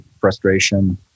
frustration